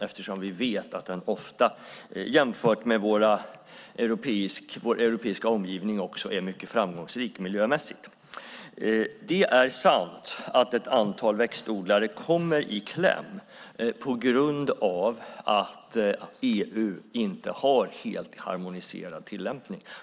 Vi vet ju att den ofta jämfört med vår europeiska omgivning är mycket framgångsrik miljömässigt. Det är sant att ett antal växtodlare kommer i kläm på grund av att EU inte har helt harmoniserad tillämpning.